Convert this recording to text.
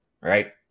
right